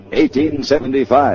1875